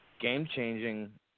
game-changing